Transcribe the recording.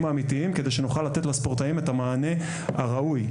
האמיתיים כדי שנוכל לתת לספורטאים את המענה הראוי.